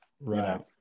Right